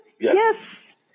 Yes